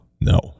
No